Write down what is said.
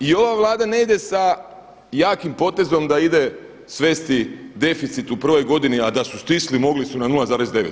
I ova Vlada ne ide sa jakim potezom da ide svesti deficit u prvoj godini, a da su stisli mogli su na 0,9.